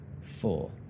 four